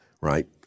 right